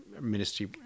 ministry